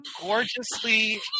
gorgeously